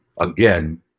again